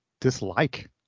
dislike